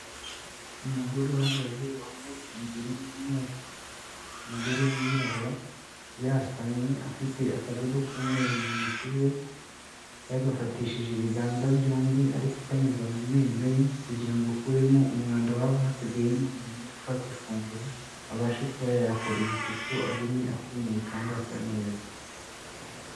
Umugore uhagaze wambaye isengeri y'umweru, umugore w'umwirabura, yasamye afite akadodo k'umweru mu ntoki ze, yagafatishije ibiganza byombi, ari ku kanyuza mu menyo ye, kugira ngo ukuremo umwanda waba wasigayemo nyuma yo gufata ifunguro, abashe kuba yayakorera isuku agume akomeye kandi asa neza.